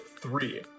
three